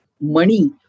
money